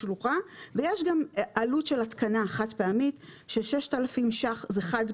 ויש גם עלות של התקנה חד פעמית של 6,000 שקלים.